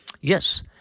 Yes